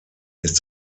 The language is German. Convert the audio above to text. ist